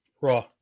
Raw